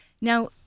Now